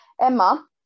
Emma